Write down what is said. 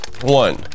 one